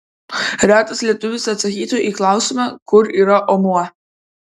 retas lietuvis atsakytų į klausimą kur yra omuo